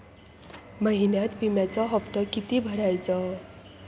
महिन्यात विम्याचो हप्तो किती भरायचो?